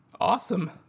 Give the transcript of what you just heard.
Awesome